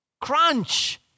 Crunch